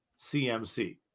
CMC